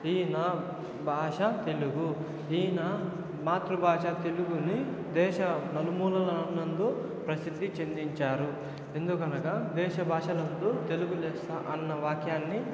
ఈయన భాష తెలుగు ఈన మాతృభాష తెలుగుని దేశ నలుమూలల నందు ప్రసిద్ధి చెందించారు ఎందుకనగా దేశభాషలందు తెలుగు లెస్స అన్న వాక్యాన్ని